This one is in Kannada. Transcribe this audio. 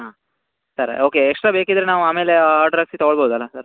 ಹಾಂ ಸರ್ ಓಕೆ ಎಕ್ಸ್ಟ್ರಾ ಬೇಕಿದ್ರೆ ನಾವು ಆಮೇಲೆ ಆರ್ಡ್ರ್ ಹಾಕಿಸಿ ತೊಗೋಬೋದಲ್ಲ ಸರ್